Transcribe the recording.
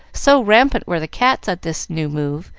so rampant were the cats at this new move.